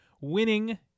winning